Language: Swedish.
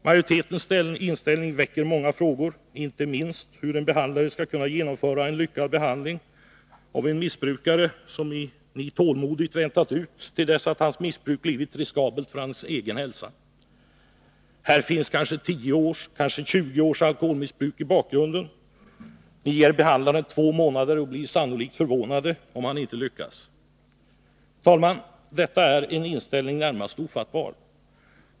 Majoritetens inställning väcker många frågor, inte minst frågan om hur en behandlare skall kunna genomföra en lyckad behandling av en missbrukare som ni tålmodigt väntat ut, intill dess att hans missbruk blivit riskabelt för hans egen hälsa. Här finns kanske 10 eller t.o.m. 20 års alkoholmissbruk i bakgrunden. Ni ger behandlaren två månader och blir sannolikt förvånade om han inte lyckas. Fru talman! Denna inställning är närmast ofattbar.